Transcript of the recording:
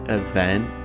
event